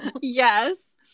Yes